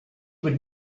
would